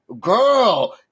girl